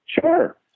Sure